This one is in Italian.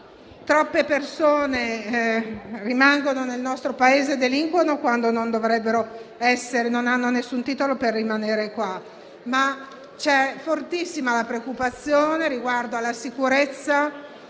Troppe persone rimangono nel nostro Paese a delinquere laddove non hanno alcun titolo per restare, ma è fortissima la preoccupazione riguardo alla sicurezza